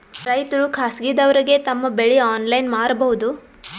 ರೈತರು ಖಾಸಗಿದವರಗೆ ತಮ್ಮ ಬೆಳಿ ಆನ್ಲೈನ್ ಮಾರಬಹುದು?